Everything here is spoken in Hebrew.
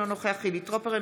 אינה נוכחת חילי טרופר,